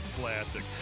classic